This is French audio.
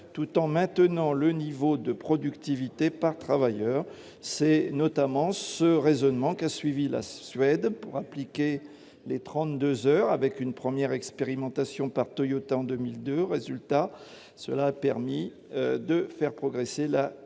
tout en maintenant le niveau de productivité par travailleur. C'est notamment le raisonnement qu'a suivi la Suède pour appliquer les 32 heures, après une première expérimentation par Toyota en 2002. Le résultat est clair : cette réforme a permis